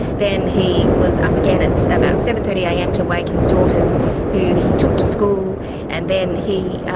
then he was up again at about seven thirty am to wake his daughters who he took to school and then he